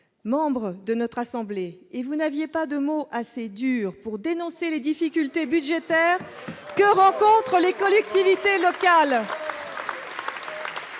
membre de notre assemblée, et vous n'aviez pas de mots assez durs pour dénoncer les difficultés budgétaires que rencontrent les collectivités locales.